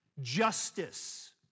justice